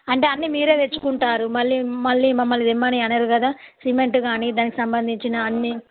అంటే అన్నీ మీరే తెచ్చుకుంటారు మళ్ళీ మళ్ళీ మమ్మల్ని తెమ్మని అనరు కదా సిమెంట్ గానీ దానికి సంబంధించిన అన్నీ